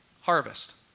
harvest